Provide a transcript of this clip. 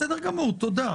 בסדר גמור, תודה.